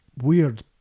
weird